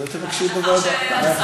את זה תבקשי בוועדה.